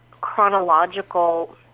chronological